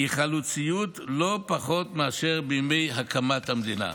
היא חלוציות לא פחות מאשר בימי הקמת המדינה.